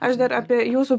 aš dar apie jūsų